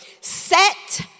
set